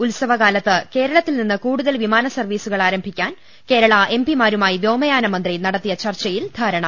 ഉത്സവകാലത്ത് കേരളത്തിൽ നിന്ന് കൂടുതൽ വിമാനസർവീ സുകൾ ആരംഭിക്കാൻ കേരള എംപിമാരുമായി വ്യോമയാന മന്ത്രി നടത്തിയ ചർച്ചയിൽ ധാരണ